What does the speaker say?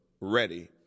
ready